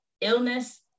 illness